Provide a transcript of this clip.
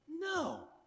No